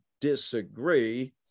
disagree